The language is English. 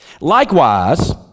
Likewise